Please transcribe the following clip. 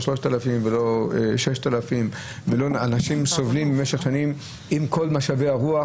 לא 3,000 ולא 6,000 ואנשים סובלים במשך שנים עם כול משבי הרוח